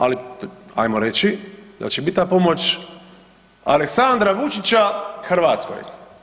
Ali hajmo reći da će biti ta pomoć Aleksandra Vučića Hrvatskoj.